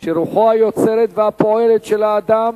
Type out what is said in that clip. שרוחו היוצרת והפועלת של האדם,